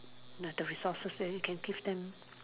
like the resources you can give them